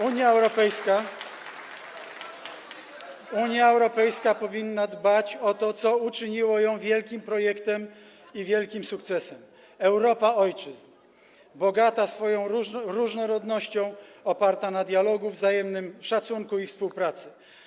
Unia Europejska powinna dbać o to, co uczyniło ją wielkim projektem i wielkim sukcesem: Europa ojczyzn bogata swoją różnorodnością, oparta na dialogu, wzajemnym szacunku i współpracy.